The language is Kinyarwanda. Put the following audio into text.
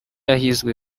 yahizwe